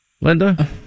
Linda